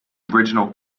original